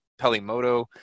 pelimoto